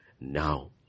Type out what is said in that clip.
Now